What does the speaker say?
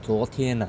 昨天 ah